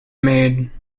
made